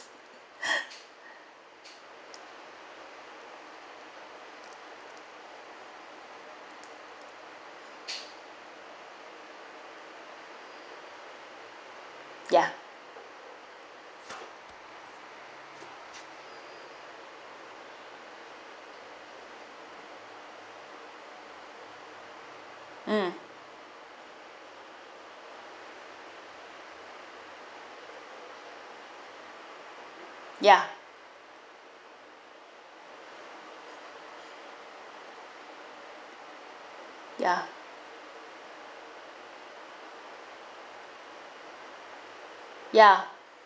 ya mm ya ya ya